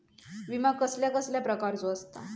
विमा कसल्या कसल्या प्रकारचो असता?